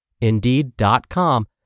Indeed.com